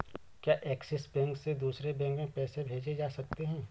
क्या Axis bank से दूसरे बैंक में पैसे भेजे जा सकता हैं?